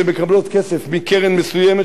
שמקבלות כסף מקרן מסוימת,